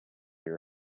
your